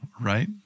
right